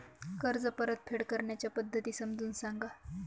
कर्ज परतफेड करण्याच्या पद्धती समजून सांगा